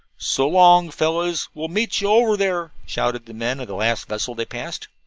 so long, fellows we'll meet you over there, shouted the men of the last vessel they passed.